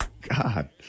God